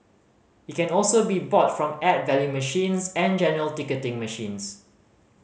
it can also be bought from add value machines and general ticketing machines